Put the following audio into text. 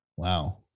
Wow